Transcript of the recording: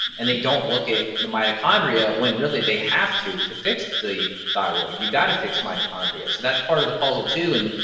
and they don't look at the mitochondria when really they have to, to fix the thyroid, you gotta fix the mitochondria. so, that's part of the puzzle too, and,